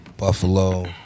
Buffalo